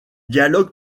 dialogues